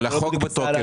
אבל החוק בתוקף.